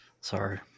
Sorry